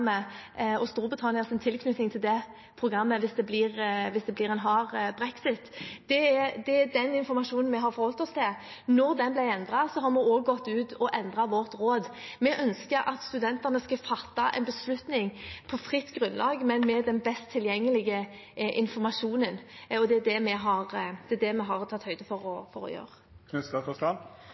og Storbritannias tilknytning til det hvis det blir en hard brexit. Det er den informasjonen vi har forholdt oss til. Da den ble endret, gikk vi også ut og endret vårt råd. Vi ønsker at studentene skal fatte en beslutning på fritt grunnlag, men med den best tilgjengelige informasjonen. Det er det vi har tatt høyde for. Usikkerhet rundt informasjon er jo også et signal. Professor Tonning og førsteamanuensis Guldal ved Det